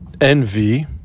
envy